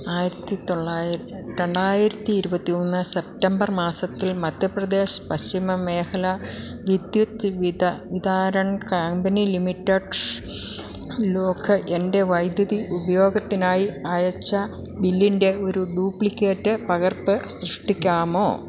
ആയിരത്തി തൊള്ളായിര രണ്ടായിരത്തി ഇരുപത്തി ഒന്ന് സെപ്റ്റംബർ മാസത്തിൽ മധ്യപ്രദേശ് പശ്ചിമ മേഘല വിദ്യുത് വിത വിതാരൺ കമ്പനി ലിമിറ്റഡ് ലോക് എൻ്റെ വൈദ്യുതി ഉപയോഗത്തിനായി അയച്ച ബില്ലിൻ്റെ ഒരു ഡ്യൂപ്ലിക്കേറ്റ് പകർപ്പ് സൃഷ്ടിക്കാമോ